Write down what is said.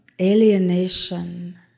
alienation